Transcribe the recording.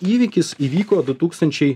įvykis įvyko du tūkstančiai